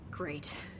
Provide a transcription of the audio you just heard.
Great